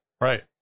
Right